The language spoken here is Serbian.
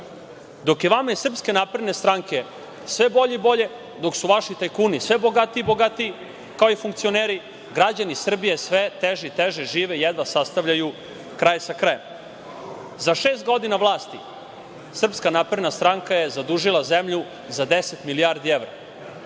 SNS.Dok je vama iz SNS sve bolje i bolje, dok su vaši tajkuni sve bogatiji i bogatiji, kao i funkcioneri, građani Srbije sve teže i teže žive i jedva sastavljaju kraj sa krajem.Za šest godina vlasti SNS je zadužila zemlju za 10 milijardi evra.